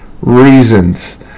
reasons